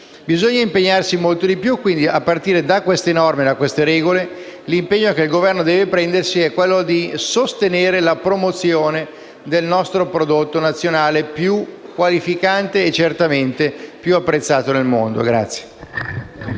Bisogna impegnarsi molto di più, quindi. A partire da queste norme e da queste regole, l'impegno che il Governo deve prendere è di sostenere la promozione del prodotto nazionale più qualificante e certamente più apprezzato nel mondo.